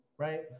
Right